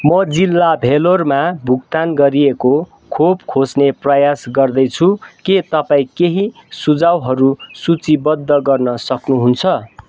म जिल्ला भेल्लोरमा भुक्तान गरिएको खोप खोज्ने प्रयास गर्दैछु के तपाईँ केही सुझाउहरू सूचीबद्ध गर्न सक्नुहुन्छ